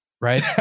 Right